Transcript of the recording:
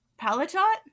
Palatot